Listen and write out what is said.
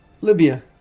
Libya